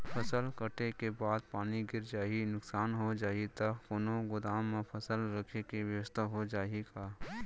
फसल कटे के बाद पानी गिर जाही, नुकसान हो जाही त कोनो गोदाम म फसल रखे के बेवस्था हो जाही का?